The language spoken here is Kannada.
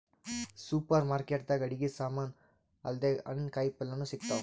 ಸೂಪರ್ ಮಾರ್ಕೆಟ್ ದಾಗ್ ಅಡಗಿ ಸಮಾನ್ ಅಲ್ದೆ ಹಣ್ಣ್ ಕಾಯಿಪಲ್ಯನು ಸಿಗ್ತಾವ್